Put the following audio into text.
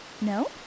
No